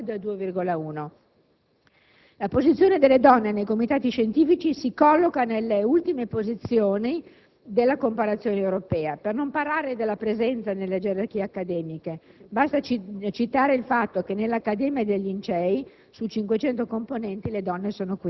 con l'1,9 contro il dato europeo del 2,1. La posizione delle donne nei comitati scientifici si colloca nelle ultime posizioni della comparazione europea. Per non parlare della presenza nelle gerarchie accademiche (basta citare il fatto che nell'Accademia dei